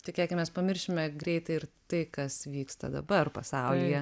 tikėkimės pamiršime greitai ir tai kas vyksta dabar pasaulyje